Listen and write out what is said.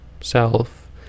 self